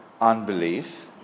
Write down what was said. Unbelief